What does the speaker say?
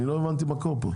אני לא הבנתי מקור פה,